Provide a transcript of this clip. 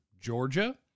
Georgia